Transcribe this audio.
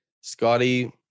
scotty